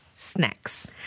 snacks